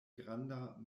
granda